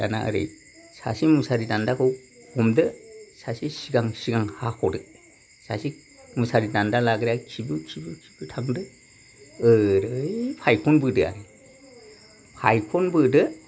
दाना ओरै सासे मुसारि दान्दाखौ हमदो सासे सिगां सिगां हाख'दो सासे मुसारि दान्दा लाग्राया खिबु खिबु खिबु थांदो ओरै फायखनबोदो आरो फायखनबोदो